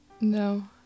No